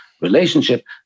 relationship